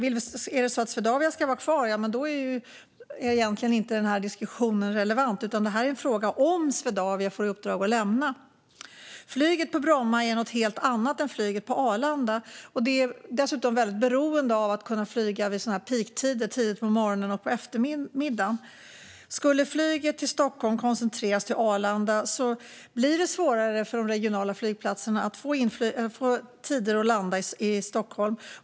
Om Swedavia ska vara kvar är den här diskussionen egentligen inte relevant, utan detta är en fråga som blir aktuell om Swedavia får i uppdrag att lämna Bromma. Flyget på Bromma är något helt annat än flyget på Arlanda. Det är dessutom beroende av att kunna flyga vid peaktider tidigt på morgonen och på eftermiddagen. Skulle flyget i Stockholm koncentreras till Arlanda blir det svårare för flyg från de regionala flygplatserna att få tider att landa i Stockholm.